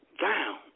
down